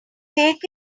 take